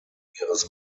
ihres